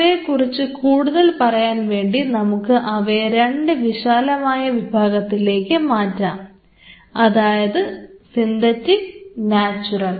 അവയെ കുറിച്ച് കൂടുതൽ പറയാൻ വേണ്ടി നമുക്ക് അവയെ 2 വിശാലമായ വിഭാഗത്തിലേക്ക് മാറ്റാം അതായത് സിന്തറ്റിക് നാച്ചുറൽ